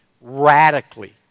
radically